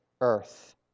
earth